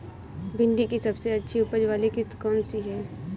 भिंडी की सबसे अच्छी उपज वाली किश्त कौन सी है?